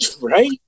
Right